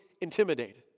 intimidated